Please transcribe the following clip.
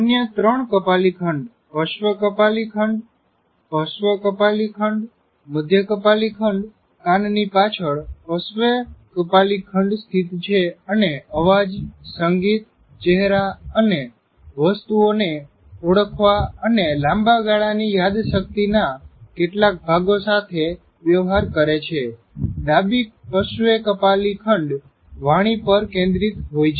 અન્ય ત્રણ કપાલી ખંડ પશ્ર્વૅ કપાલી ખંડ પશ્ચ કપાલી ખંડ મધ્ય કપાલી ખંડ કાનની પાછળ પશ્ર્વૅ કપાલી ખંડ સ્થિત છે અને અવાજ સંગીત ચેહરા અને વસ્તુઓ ને ઓળખવા અને લાંબા ગાળાની યાદશક્તિના કેટલાક ભાગો સાથે વ્યવહાર કરે છે ડાબી પશ્ર્વૅ કપાલી ખંડ વાણી પર કેન્દ્રિત હોય છે